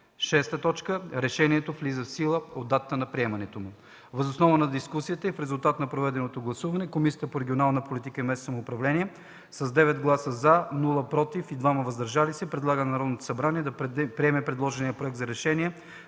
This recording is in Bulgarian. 2013 г. 6. Решението влиза в сила от датата на приемането му. Въз основа на дискусията и в резултат на проведеното гласуване Комисията по регионална политика и местно самоуправление с 9 гласа „за”, 0 „против” и 2 „въздържали се” предлага на Народното събрание да приеме предложения Проект за решение